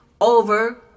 over